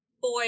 boy